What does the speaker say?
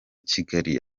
kigali